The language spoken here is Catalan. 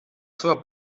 seua